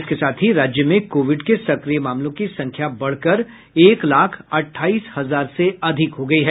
इसके साथ ही राज्य में कोविड के सक्रिय मामलों की संख्या बढ़कर एक लाख अठाईस हजार से अधिक हो गयी है